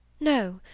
No